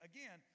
Again